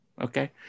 okay